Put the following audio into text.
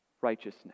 righteousness